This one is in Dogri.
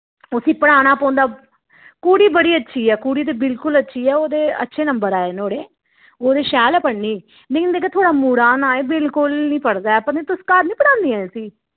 उस्सी पढ़ाना पौंदा कुड़ी बड़ी अच्छी ऐ कुड़ी ते बिल्कुल अच्छी ऐ उदे अच्छे नंबर आए नुहाड़े ओह् ते शैल ऐ पढ़ने ई लेकिन जेह्का थुआढ़ा मुड़ा ना एह् बिल्कुल निं पढ़दा ऐ तुस पता निं तुस घर निं पढ़ांदियां इसी